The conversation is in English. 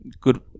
good